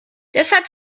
deshalb